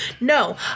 no